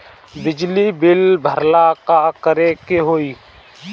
बिजली बिल भरेला का करे के होई?